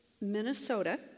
Minnesota